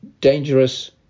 dangerous